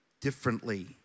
differently